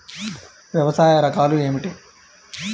వ్యవసాయ రకాలు ఏమిటి?